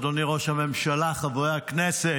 אדוני ראש הממשלה, חברי הכנסת,